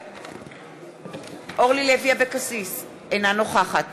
בעד אורלי לוי אבקסיס, אינה נוכחת